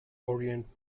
orient